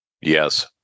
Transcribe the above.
yes